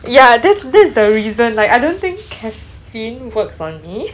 ya that's that's the reason like I don't think caffeine works on me